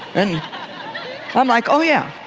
and i'm, like, oh, yeah,